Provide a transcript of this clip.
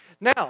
Now